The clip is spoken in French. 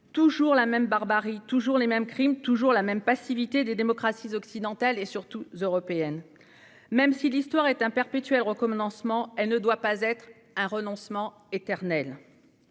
Toujours la même barbarie, toujours les mêmes crimes, toujours la même passivité des démocraties occidentales et, surtout, européennes : si l'histoire est un perpétuel recommencement, elle ne doit pas être un renoncement éternel.